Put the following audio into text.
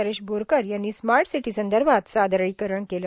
नरेश बोरकर यांनी स्मार्ट सिदीसंदर्भात सादरीकरण केलं